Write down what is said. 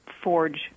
forge